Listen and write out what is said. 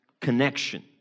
connection